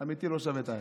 אמיתי, לא שווה את היחס.